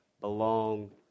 belong